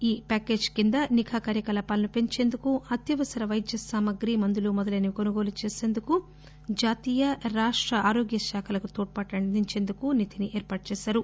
ఈ ప్యాకేజీ కింద నిఘా కార్యకలాపాలను పెంచేందుకు అత్యవసర వైద్య సామగ్రి మందులు మొదలైనవి కొనుగోలు చేసందుకు జాతీయ రాష్ట ఆరోగ్య శాఖలకు తోడ్పాటునందించేందుకు ఈ నిధిని ఏర్పాటుచేశారు